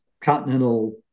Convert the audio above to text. continental